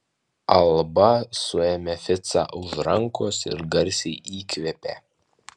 alba suėmė ficą už rankos ir garsiai įkvėpė